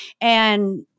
And-